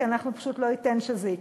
כי אנחנו פשוט לא ניתן שזה יקרה.